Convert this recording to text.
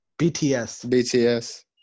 BTS